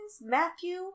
Matthew